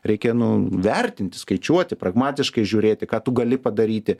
reikia nu vertinti skaičiuoti pragmatiškai žiūrėti ką tu gali padaryti